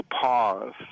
pause